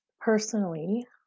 Personally